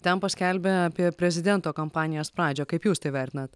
ten paskelbė apie prezidento kampanijos pradžią kaip jūs tai vertinat